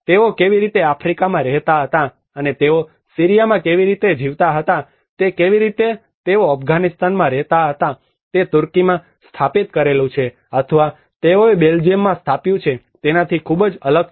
તેઓ કેવી રીતે આફ્રિકામાં રહેતા હતા અને તેઓ સીરિયામાં કેવી રીતે જીવતા હતા તે કેવી રીતે તેઓ અફઘાનિસ્તાનમાં રહેતા હતા તે તુર્કીમાં સ્થાપિત કરેલું છે અથવા તેઓએ બેલ્જિયમમાં સ્થાપ્યું છે તેનાથી ખૂબ જ અલગ છે